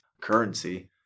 currency